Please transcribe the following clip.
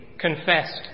confessed